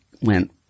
went